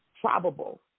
probable